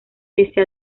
pese